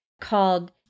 called